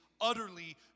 utterly